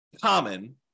common